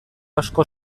asko